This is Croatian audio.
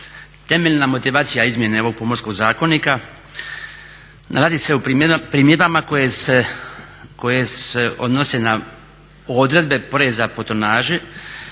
temeljna motivacija izmjene ovog Pomorskog zakonika nalazi se u primjedbama koje se odnose na odredbe …/Govornik